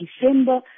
December